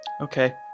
Okay